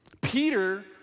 Peter